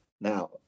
Now